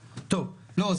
האלה ------ לא,